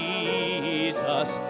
Jesus